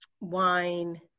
wine